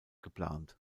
geplant